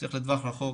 אלא לטווח רחוק.